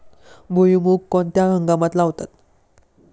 भुईमूग कोणत्या हंगामात लावतात?